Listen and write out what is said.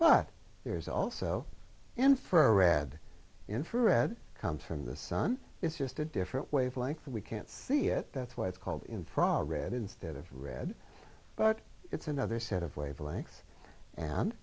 but there's also infrared infrared comes from the sun it's just a different wavelength and we can't see it that's why it's called in frog red instead of red but it's another set of wavelengths and